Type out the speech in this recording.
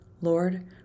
Lord